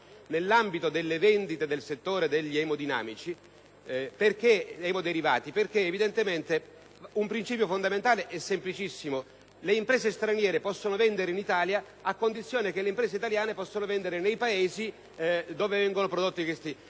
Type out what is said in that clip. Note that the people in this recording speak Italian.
nell'ambito delle vendite nel settore degli emoderivati. Si tratta di un principio fondamentale e semplicissimo: le imprese straniere possono vendere in Italia a condizione che le imprese italiane possano vendere nei Paesi da cui provengono le imprese straniere.